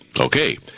Okay